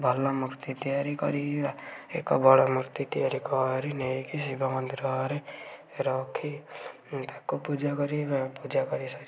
ଭଲ ମୂର୍ତ୍ତି ତିଆରି କରିବା ଏକ ବଡ଼ ମୂର୍ତ୍ତି ତିଆରି କରି ନେଇକି ଶିବ ମନ୍ଦିରରେ ନେଇ ରଖି ତାକୁ ପୂଜା କରିବା ପୂଜା କରି ସାରିବା